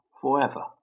forever